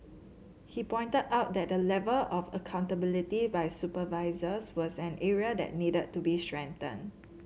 he pointed out that the level of accountability by supervisors was an area that needed to be strengthened